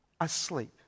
asleep